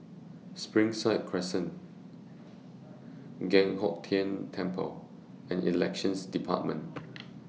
Springside Crescent Giok Hong Tian Temple and Elections department